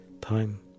time